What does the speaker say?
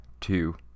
two